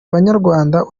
banyarwanda